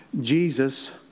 Jesus